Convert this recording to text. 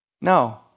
No